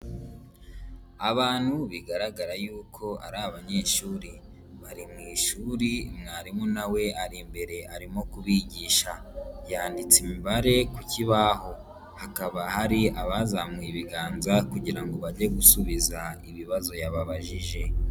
Abantu bigaragara yuko ari abanyeshuri, bari mu ishuri mwarimu na we ari imbere arimo kubigisha yanditse imibare ku kibaho, hakaba hari abazamuye ibiganza kugira ngo bajye gusubiza ibibazo yabababajije.